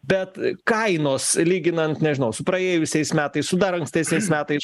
bet kainos lyginant nežinau su praėjusiais metais su dar ankstesniais metais